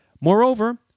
Moreover